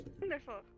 Wonderful